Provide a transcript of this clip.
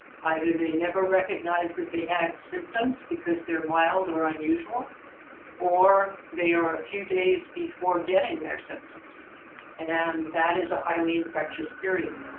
either they never recognized that they had symptoms because they're mild or unusual or they are a few days before getting their symptoms and that is a highly infectious period,